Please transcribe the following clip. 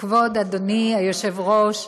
כבוד אדוני היושב-ראש,